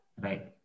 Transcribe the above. right